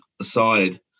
aside